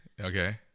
okay